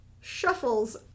shuffles